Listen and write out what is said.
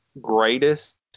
greatest